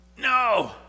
No